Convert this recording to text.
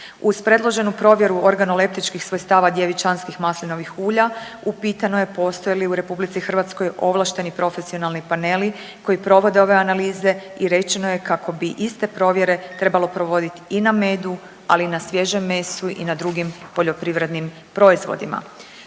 Uz predloženu provjeru organoleptičkih svojstava djevičanskih maslinovih ulja upitano je postoje li u RH ovlašteni profesionalni paneli koji provode ove analize i rečeno je kako bi iste provjere trebalo provoditi i na medu, ali i na svježem mesu i na drugim poljoprivrednim proizvodima.